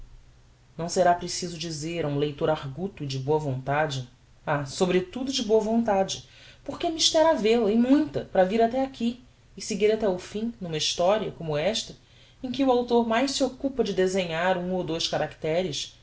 não será preciso dizer a um leitor arguto e de boa vontade oh sobretudo de boa vontade porque é mister havel a e muita para vir até aqui e seguir até o fim uma historia como esta em que o autor mais se occupa de desenhar um ou dous caracteres